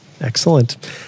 Excellent